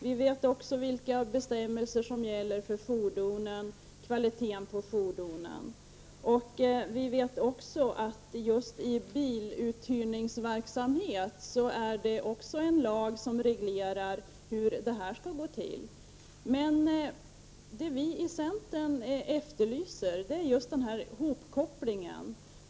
Vi vet också vilka bestämmelser som gäller för fordonens kvalitet. Det finns också en lag som reglerar hur biluthyrningsverksamhet skall gå till. Men det vi i centern efterlyser är vad jag har kallat ihopkopplingen.